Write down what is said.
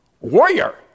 warrior